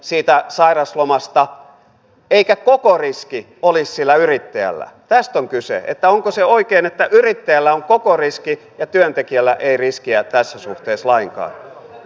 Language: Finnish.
siitä sairauslomasta eikä koko riski oli esillä yrittäjällä tästä on kyse että onko se oikein että yrittäjällä on koko riski ja työntekijällä ei riskiä tässä suhteessa lainkaan